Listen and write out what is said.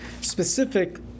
specific